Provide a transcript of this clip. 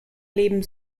leben